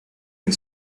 and